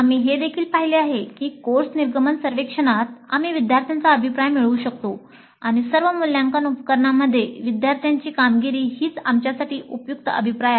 आम्ही हे देखील पाहिले आहे की कोर्स निर्गमन सर्वेक्षणात आम्ही विद्यार्थ्यांचा अभिप्राय मिळवू शकतो आणि सर्व मूल्यांकन उपकरणांमध्ये विद्यार्थ्यांची कामगिरी हीच आमच्यासाठी उपयुक्त अभिप्राय आहे